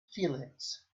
felix